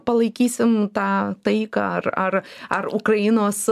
palaikysim tą taiką ar ar ar ukrainos